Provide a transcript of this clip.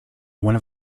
one